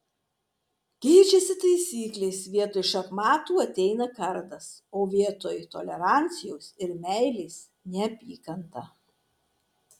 keičiasi taisyklės vietoj šachmatų ateina kardas o vietoj tolerancijos ir meilės neapykanta